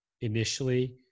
initially